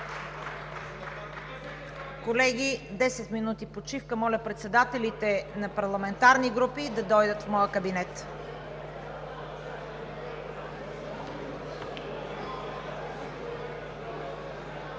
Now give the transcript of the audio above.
Колеги, 10 минути почивка. Моля председателите на парламентарни групи да дойдат в моя кабинет.